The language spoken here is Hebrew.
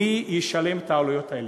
מי ישלם את העלויות האלה.